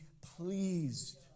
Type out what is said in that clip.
pleased